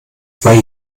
zwei